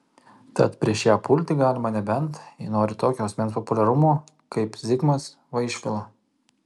tad prieš ją pulti galima nebent jei nori tokio asmens populiarumo kaip zigmas vaišvila